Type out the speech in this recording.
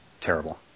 Terrible